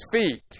feet